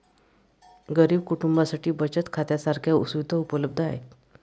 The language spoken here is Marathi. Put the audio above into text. गरीब कुटुंबांसाठी बचत खात्या सारख्या सुविधा उपलब्ध आहेत